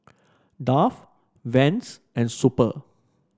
Dove Vans and Super